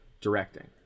directing